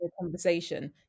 conversation